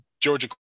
Georgia